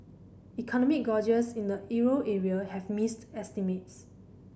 economic gauges in the euro area have missed estimates